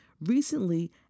Recently